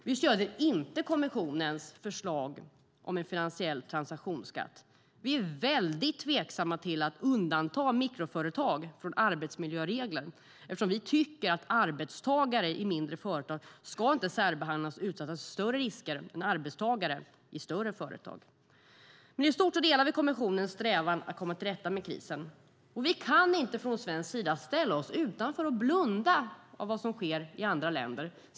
Vi stöder inte kommissionens förslag om en finansiell transaktionsskatt. Vi är väldigt tveksamma till att undanta mikroföretag från arbetsmiljöregler, eftersom vi tycker att arbetstagare i mindre företag inte ska särbehandlas och utsättas för större risker än arbetstagare i större företag. I stort delar vi dock kommissionens strävan att komma till rätta med krisen. Vi kan inte heller från svensk sida ställa oss utanför och blunda för vad som sker i andra länder.